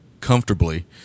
comfortably